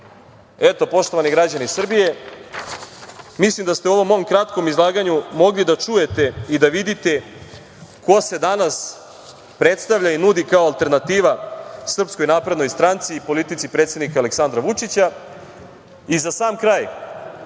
poštovani građani Srbije, mislim da ste u ovom mom kratkom izlaganju mogli da čujete i da vidite ko se danas predstavlja i nudi kao alternativa SNS i politici predsednika Aleksandra Vučića.Za sam kraj,